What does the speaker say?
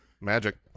magic